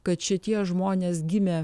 kad šitie žmonės gimė